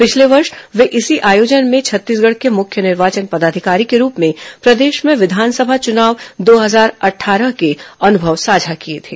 पिछले वर्ष वे इसी आयोजन में छत्तीसगढ़ के मुख्य निर्वाचन पदाधिकारी के रूप में प्रदेश में विधानसभा चुनाव दो हजार अट्ठारह के अनुभव साझा किए थे